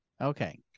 okay